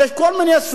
לי אין בעיה,